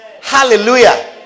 hallelujah